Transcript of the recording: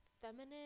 feminine